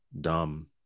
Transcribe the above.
dumb